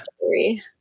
story